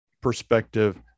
perspective